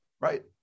Right